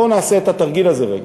בואו נעשה את התרגיל הזה רגע.